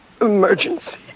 Emergency